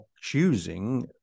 choosing